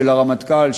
של הרמטכ"ל,